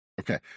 okay